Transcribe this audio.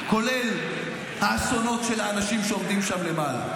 כולל האסונות של האנשים שעומדים שם למעלה.